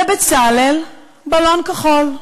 לבצלאל בלון כחול,